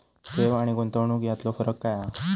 ठेव आनी गुंतवणूक यातलो फरक काय हा?